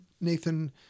Nathan